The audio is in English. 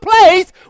place